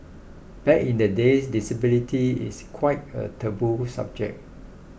back in the days disability is quite a taboo subject